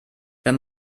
wenn